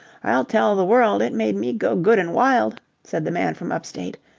i'll tell the world it made me go good and wild, said the man from up-state,